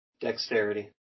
Dexterity